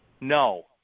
No